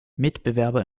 mitbewerber